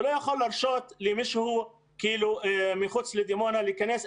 הוא לא יכול להרשות למישהו מחוץ לדימונה להיכנס,